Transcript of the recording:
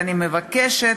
ואני מבקשת,